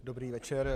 Dobrý večer.